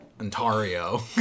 ontario